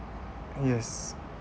yes